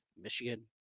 Michigan